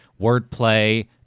wordplay